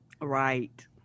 Right